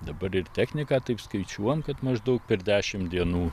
dabar ir techniką taip skaičiuojam kad maždaug per dešim dienų